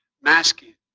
masking